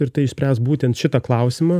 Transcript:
ir tai išspręs būtent šitą klausimą